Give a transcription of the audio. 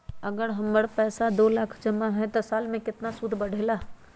अगर हमर पैसा दो लाख जमा है त साल के सूद केतना बढेला?